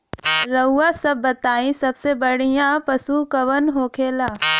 रउआ सभ बताई सबसे बढ़ियां पशु कवन होखेला?